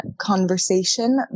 conversation